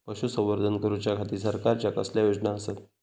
पशुसंवर्धन करूच्या खाती सरकारच्या कसल्या योजना आसत?